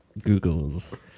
googles